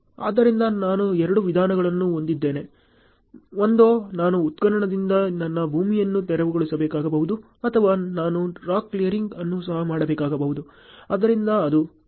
ಆದ್ದರಿಂದ ನಾನು ಎರಡು ವಿಧಾನಗಳನ್ನು ಹೊಂದಿದ್ದೇನೆ ಒಂದೋ ನಾನು ಉತ್ಖನನದಿಂದ ನನ್ನ ಭೂಮಿಯನ್ನು ತೆರವುಗೊಳಿಸಬೇಕಾಗಬಹುದು ಅಥವಾ ನಾನು ರಾಕ್ ಕ್ಲಿಯರಿಂಗ್ ಅನ್ನು ಸಹ ಮಾಡಬೇಕಾಗಬಹುದು